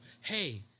hey